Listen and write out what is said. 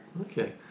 Okay